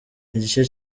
igice